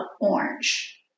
orange